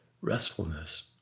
restfulness